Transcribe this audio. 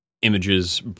images